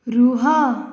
ରୁହ